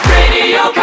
Radio